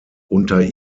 unter